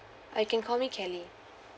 uh you can call me kelly